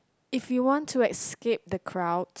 if you want to escape the crowd